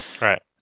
Right